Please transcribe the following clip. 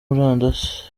murandasi